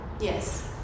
Yes